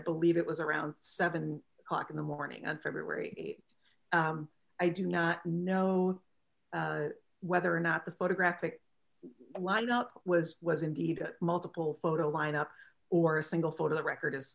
believe it was around seven o'clock in the morning of february i do not know whether or not the photographic why not was was indeed multiple photo lineup or single photo the record is